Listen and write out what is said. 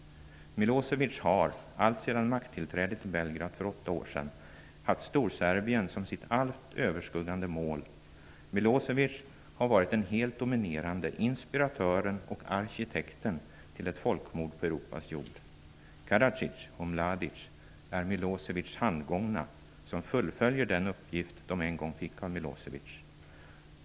Milosevic har, alltsedan makttillträdet i Belgrad för åtta år sedan, haft Storserbien som sitt allt överskuggande mål. Milosevic har varit den helt dominerande inspiratören till och arkitekten av ett folkmord på Europas jord. Karadzic och Mladic är Milosevics handgångna, som fullföljer den uppgift som de en gång fick av Milosevic.